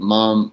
Mom